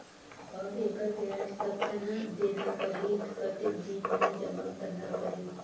और एकर ब्याज कतना देना परही कतेक दिन मे जमा करना परही??